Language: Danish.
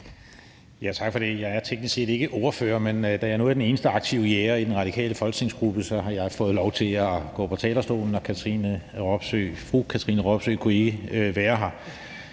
Tak for det. Jeg er teknisk set ikke ordfører, men da jeg nu er den eneste aktive jæger i den radikale folketingsgruppe, har jeg fået lov til at gå på talerstolen, og fru Katrine Robsøe kunne ikke være her.